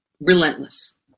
relentless